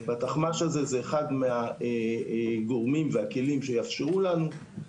והתחמ"ש הזה הוא אחד מהגורמים והכלים שיאפשרו לנו.